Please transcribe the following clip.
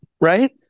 Right